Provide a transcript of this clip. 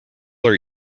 are